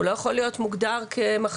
הוא לא יכול להיות מוגדר כמחלה.